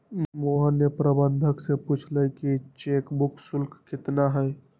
मोहन ने प्रबंधक से पूछल कई कि चेक बुक शुल्क कितना हई?